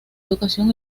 educación